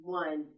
one